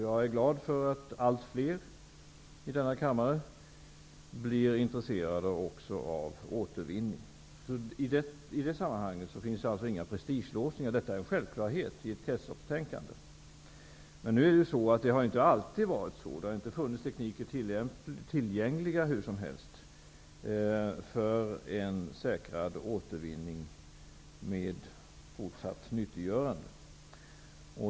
Jag är glad över att allt fler i denna kammare blir intresserade också av återvinning. I det sammanhanget finns det alltså ingen prestigelåsning; detta är en självklarhet i ett kretsloppstänkande. Det har inte alltid varit så. Det har inte funnits teknik tillgänglig hur som helst för en säkrad återvinning, med fortsatt nyttiggörande.